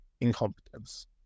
incompetence